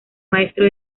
maestro